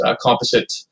composite